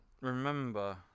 remember